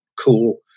cool